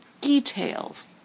details